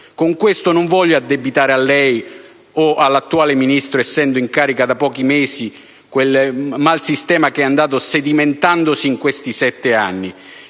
Con questo non voglio addebitare a lei o all'attuale Ministro, essendo in carica da pochi mesi, quel mal sistema che è andato sedimentandosi in questi sette anni,